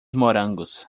morangos